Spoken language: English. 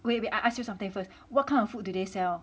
wait wait I ask you something first what kind of food do they sell